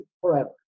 forever